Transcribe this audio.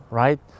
right